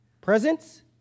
Presents